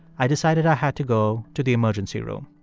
i decided i had to go to the emergency room.